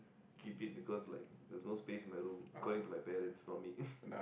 keep it because like there is no space in my room according to my parents not me